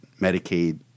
Medicaid